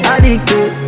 Addicted